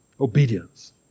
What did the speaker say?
Obedience